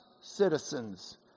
citizens